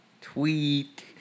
Tweet